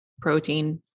protein